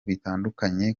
bitandukanye